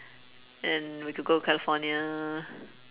and we could go california